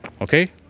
okay